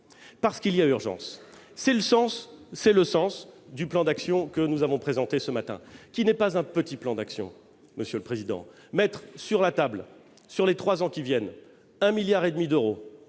parce qu'il y a urgence. Tel est le sens du plan d'action que nous avons présenté ce matin, qui n'est pas un petit plan d'action, puisqu'il s'agit de mettre sur la table, pour les trois ans qui viennent, 1,5 milliard d'euros